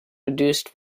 reduced